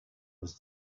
was